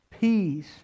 peace